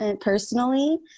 personally